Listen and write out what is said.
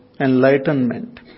enlightenment